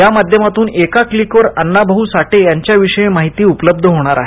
या माध्यमातून एका क्लिकवर अण्णाभाऊंविषयी माहिती उपलब्ध होणार आहे